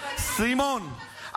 סימון,